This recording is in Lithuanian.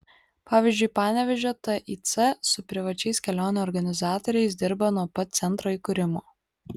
pavyzdžiui panevėžio tic su privačiais kelionių organizatoriais dirba nuo pat centro įkūrimo